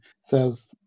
says